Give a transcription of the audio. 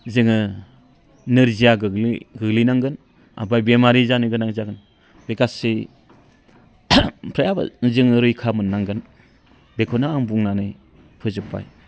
जोङो नोरजिया गोग्लैनांगोन ओमफ्राय बेमारि जानोगोनां जागोन बे गासै जोङो रैखा मोननांगोन बेखौनो आं बुंनानै फोजोब्बाय